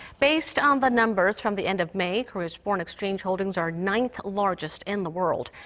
based on the numbers from the end of may, korea's foreign exchange holdings are ninth largest in the world.